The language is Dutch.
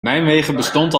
bestond